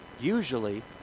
usually